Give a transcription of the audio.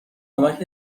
کمک